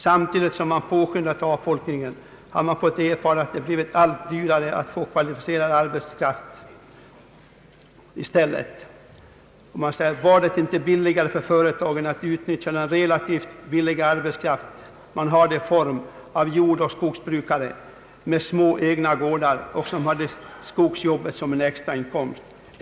Samtidigt som man påskyndat avfolkningen har man fått erfara att det blivit allt dyrare att få de kvalificerade arbetare man måste ha i stället. Var det inte billigare för företagen att utnyttja den relativt billiga arbetskraft man hade i form av jordoch skogsbrukare med små egna gårdar och som hade skogsjobbet som en extrainkomst?